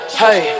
hey